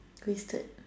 wasted